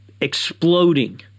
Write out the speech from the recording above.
exploding